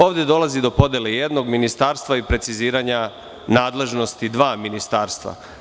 Ovde dolazi do podele jednog ministarstva i preciziranja nadležnosti dva ministarstva.